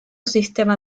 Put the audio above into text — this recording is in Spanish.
sistema